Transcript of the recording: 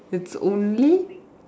it's only